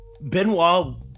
Benoit